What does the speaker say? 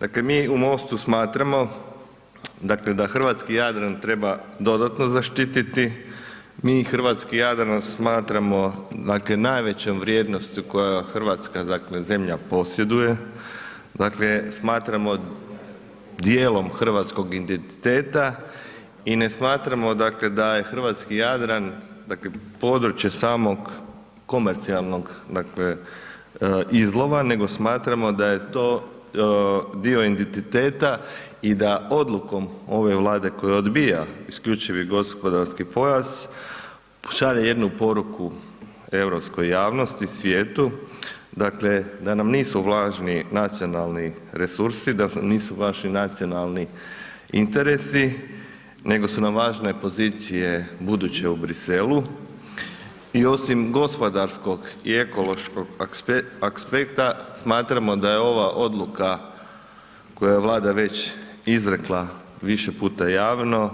Dakle, mi u MOST-u smatramo, dakle, da hrvatski Jadran treba dodatno zaštititi, mi hrvatski Jadran smatramo, dakle, najvećom vrijednosti koju hrvatska, dakle, zelja posjeduje, dakle, smatramo dijelom hrvatskog identiteta i ne smatramo, dakle, da je hrvatski Jadran, dakle, područje samog komercijalnog, dakle, izlova, nego smatramo da je to dio identiteta i da odlukom ove Vlade koja odbija IGP šalje jednu poruku europskoj javnosti i svijetu, dakle, da nam nisu važni nacionalni resursi, da nisu važni nacionalni interesi, nego su nam važne pozicije buduće u Briselu i osim gospodarskog i ekološkog aspekta smatramo da je ova odluka koju je Vlada već izrekla više puta javni